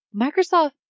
Microsoft